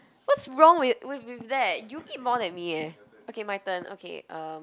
what's wrong with with with that you eat more than me eh okay my turn okay um